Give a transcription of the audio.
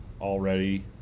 already